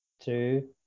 two